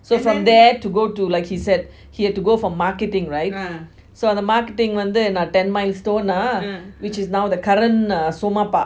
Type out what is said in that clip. then from there to go to like he said to go for marketing right so அத:atha marketing வந்து:vanthu ten milestones ah which is now the current ah suma park